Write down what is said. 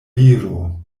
viro